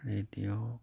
radio